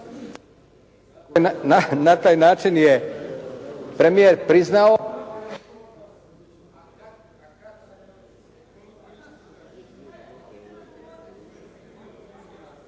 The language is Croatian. Na taj način je premijer priznao